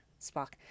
Spock